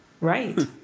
Right